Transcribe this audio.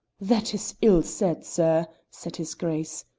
that is ill said, sir, said his grace.